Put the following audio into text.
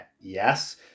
Yes